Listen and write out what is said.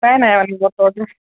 উপায় নাই